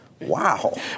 Wow